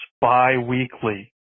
bi-weekly